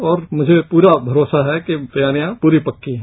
और मुझे पूरा भरोसा है कि तैयारियां पूरी पक्की हैं